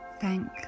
Thank